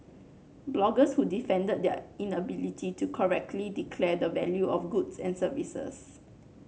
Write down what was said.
bloggers who defended their inability to correctly declare the value of goods and services